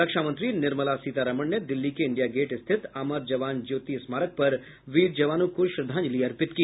रक्षा मंत्री निर्मला सीतारमण ने दिल्ली के इंडिया गेट स्थित अमर जवान ज्योति स्मारक पर वीर जवानों को श्रद्धांजलि अर्पित की